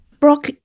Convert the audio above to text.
Brock